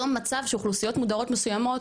היום, מצב שאוכלוסיות מודרות מסוימות,